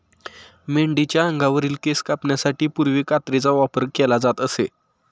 मेंढीच्या अंगावरील केस कापण्यासाठी पूर्वी कात्रीचा वापर केला जात असे